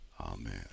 amen